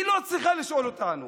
היא לא צריכה לשאול אותנו.